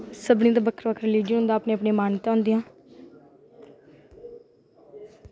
सभनीं दा बक्खरा बक्ऱा रिलीजन होंदा अपनी अपनी मान्यता होंदियां